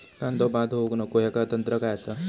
कांदो बाद होऊक नको ह्याका तंत्र काय असा?